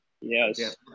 Yes